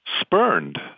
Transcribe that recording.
spurned